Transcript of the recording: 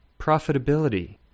profitability